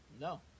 No